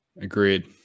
Agreed